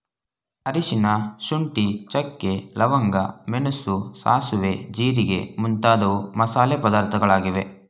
ಅರಿಶಿನ, ಶುಂಠಿ, ಚಕ್ಕೆ, ಲವಂಗ, ಮೆಣಸು, ಸಾಸುವೆ, ಜೀರಿಗೆ ಮುಂತಾದವು ಮಸಾಲೆ ಪದಾರ್ಥಗಳಾಗಿವೆ